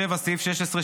(7) סעיף 16,